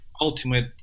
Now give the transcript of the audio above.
ultimate